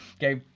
kay,